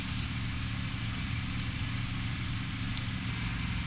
the